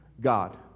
God